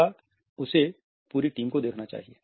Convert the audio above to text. या उन्हें पूरी टीम को देखना चाहिए